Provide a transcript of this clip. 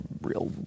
real